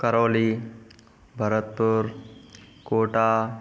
Karauli Bharatpur Kota